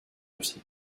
russie